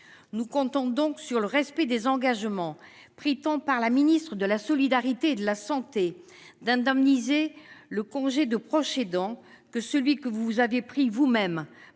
Nous comptons donc sur le respect des engagements pris tant par la ministre de la solidarité et de la santé- indemniser le congé de proche aidant -que par vous-même,